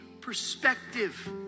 perspective